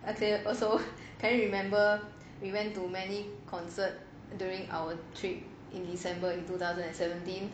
okay also can you remember we went to many concert during our trip in december in two thousand and seventeen